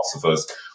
philosophers